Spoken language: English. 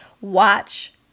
Watch